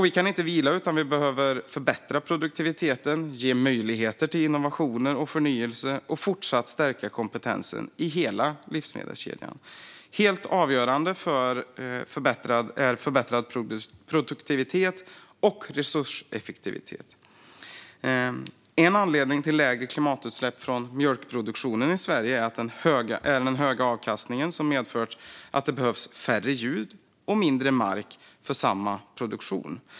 Vi kan inte vila, utan vi behöver förbättra produktiviteten, ge möjligheter till innovationer och förnyelse och fortsätta att stärka kompetensen i hela livsmedelskedjan. Det är helt avgörande för förbättrad produktivitet och resurseffektivitet. En anledning till lägre klimatutsläpp från mjölkproduktionen i Sverige är den höga avkastningen, som har medfört att det behövs färre djur och mindre mark för samma produktion.